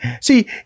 See